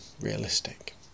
realistic